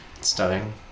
Studying